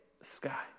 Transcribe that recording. sky